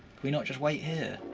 we not just wait here?